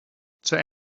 zur